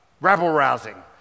rabble-rousing